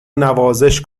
نوازش